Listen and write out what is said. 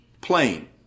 Plain